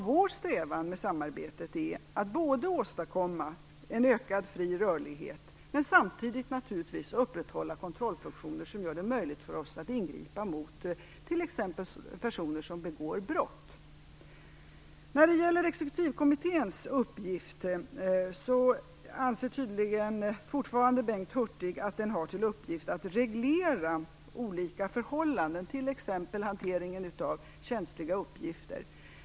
Vår strävan med samarbetet är att både åstadkomma en ökad fri rörlighet och samtidigt naturligtvis upprätthålla kontrollfunktioner som gör det möjligt för oss att ingripa mot t.ex. personer som begår brott. När det gäller exekutivkommitténs uppgift anser tydligen Bengt Hurtig fortfarande att kommittén har i uppdrag att reglera olika förhållanden, t.ex. hanteringen av känsliga uppgifter.